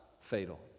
fatal